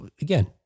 again